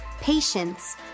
patience